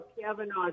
Kavanaugh